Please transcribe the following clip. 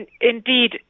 Indeed